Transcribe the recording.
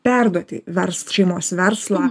perduoti vers šeimos verslą